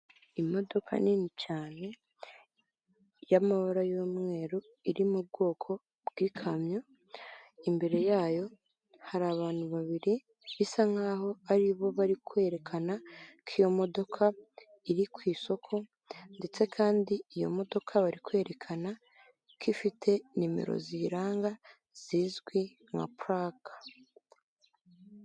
Imodoka nini cyane y'amabara y'umweru iri mu bwoko bw'ikamyo imbere yayo hari abantu babiri bisa nkaho ari bo bari kwerekana ko iyo modoka iri ku isoko ndetse kandi iyo modoka bari kwerekana ko ifite nimero ziyiranga zizwi nka paraka.